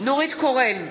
נורית קורן,